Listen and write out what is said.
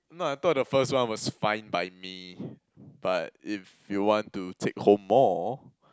no I thought the first one was fine by me but if you want to take home more